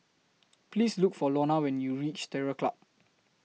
Please Look For Lonna when YOU REACH Terror Club